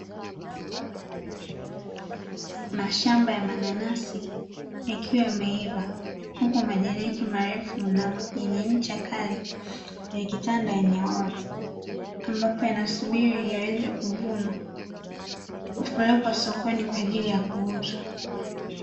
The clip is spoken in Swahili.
Mashamba ya mananasi yakiwa yameiva, huku majani yake marefu yenye ncha kali yakitanda eneo lote, ambapo yanasubiri yaweze kuvunwa kupelekwa sokoni kwa ajili ya kuuzwa.